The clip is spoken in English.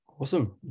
Awesome